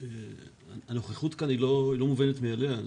הנוכחות כאן לא מובנת מאליה.